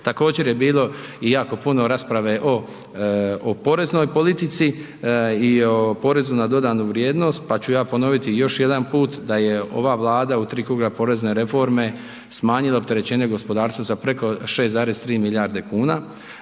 Također je bilo i jako puno rasprave o poreznoj politici i o PDV-u, pa ću ja ponoviti još jedanput da je ova Vlada u 3 kruga porezne reforme smanjila opterećenje gospodarstva za preko 6,3 milijarde kuna,